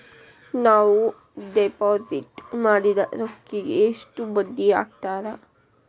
ನಾವು ಡಿಪಾಸಿಟ್ ಮಾಡಿದ ರೊಕ್ಕಿಗೆ ಎಷ್ಟು ಬಡ್ಡಿ ಹಾಕ್ತಾರಾ?